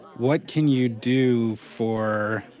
what can you do for,